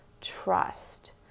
trust